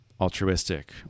altruistic